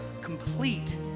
complete